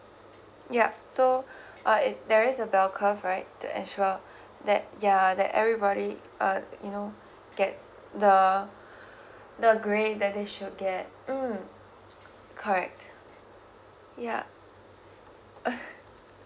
yup so uh there is a bell curve right to ensure that ya that everybody uh you know get the um the grade that they should get mm correct yeah